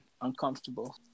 uncomfortable